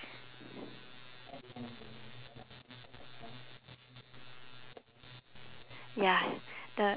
ya the